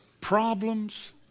problems